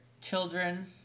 children